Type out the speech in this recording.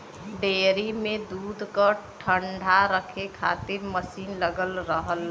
dairy में दूध क ठण्डा रखे खातिर मसीन लगल रहला